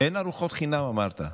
אין ארוחות חינם, אמרת.